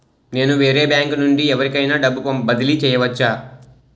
నేను వేరే బ్యాంకు నుండి ఎవరికైనా డబ్బు బదిలీ చేయవచ్చా?